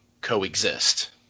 coexist